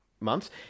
months